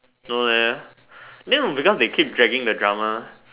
no leh then because they keep dragging the drama